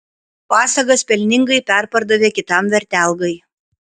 pasagas pelningai perpardavė kitam vertelgai